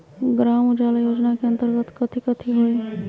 ग्राम उजाला योजना के अंतर्गत कथी कथी होई?